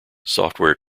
software